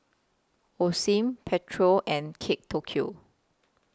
Osim Pedro and Kate Tokyo